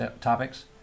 topics